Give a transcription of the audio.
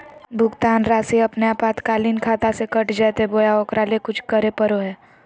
भुक्तान रासि अपने आपातकालीन खाता से कट जैतैय बोया ओकरा ले कुछ करे परो है?